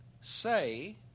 say